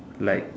like